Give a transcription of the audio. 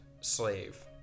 slave